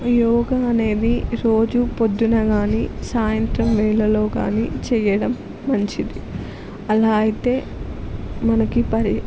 యోగా అనేది రోజు పొద్దున కానీ సాయంత్రం వేళలో కానీ చెయ్యడం మంచిది అలా అయితే మనకి పరి